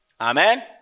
Amen